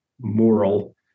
moral